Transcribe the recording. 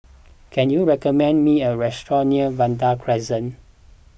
can you recommend me a restaurant near Vanda Crescent